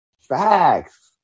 Facts